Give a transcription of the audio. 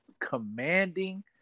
commanding